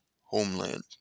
homeland